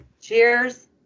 Cheers